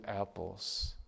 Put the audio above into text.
apples